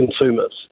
consumers